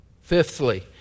Fifthly